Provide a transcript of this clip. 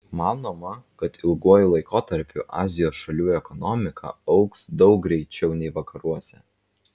manoma kad ilguoju laikotarpiu azijos šalių ekonomika augs daug greičiau nei vakaruose